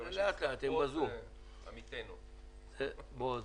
מקווה שעמיתינו יצטרפו.